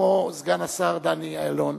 כמו סגן השר דני אילון,